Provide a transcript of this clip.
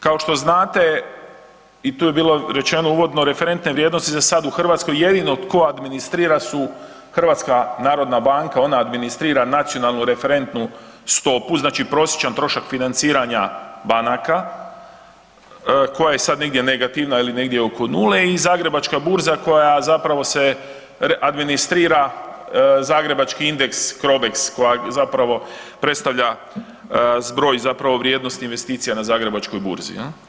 Kao što znate i to je bilo rečeno uvodno, referentne vrijednosti se sad u Hrvatskoj jedino tko administrira su HNB, ona administrira nacionalnu referentnu stopu, znači prosječan trošak financiranja banaka koja je sad negdje negativna ili negdje oko nule i Zagrebačka burza koja zapravo se administrira zagrebački indeks Crobex, koja zapravo predstavlja zbog zapravo vrijednosti investicija na Zagrebačkoj burzi, jel.